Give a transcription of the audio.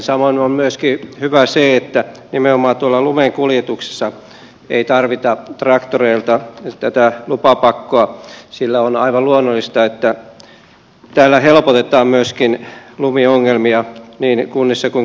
samoin on myöskin hyvä se että nimenomaan tuolla lumen kuljetuksessa ei tarvita traktoreilta tätä lupapakkoa sillä on aivan luonnollista että tällä helpotetaan myöskin lumiongelmia niin kunnissa kuin kaupungeissa